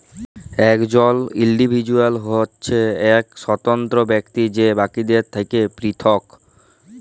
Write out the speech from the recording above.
একজল ইল্ডিভিজুয়াল হছে ইক স্বতন্ত্র ব্যক্তি যে বাকিদের থ্যাকে পিরথক